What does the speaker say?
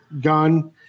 gun